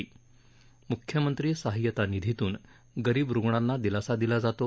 म्ख्यमंत्री सहायता निधीतून गरीब रुग्णांना दिलासा दिला जातो